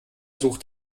sucht